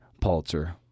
Pulitzer